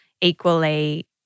Equally